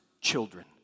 children